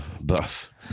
buff